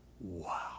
wow